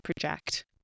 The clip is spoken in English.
project